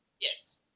Yes